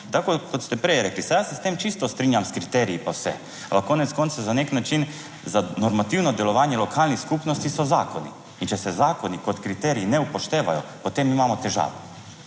Tako kot ste prej rekli, saj jaz se s tem čisto strinjam, s kriteriji pa vse, ampak konec koncev na nek način za normativno delovanje lokalnih skupnosti so zakoni in če se zakoni kot kriterij ne upoštevajo, potem imamo težave.